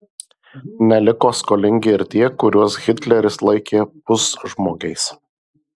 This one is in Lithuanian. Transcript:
neliko skolingi ir tie kuriuos hitleris laikė pusžmogiais